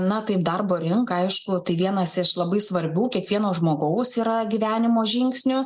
na tai darbo rinka aišku tai vienas iš labai svarbių kiekvieno žmogaus yra gyvenimo žingsnių